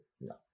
No